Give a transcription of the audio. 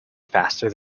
faster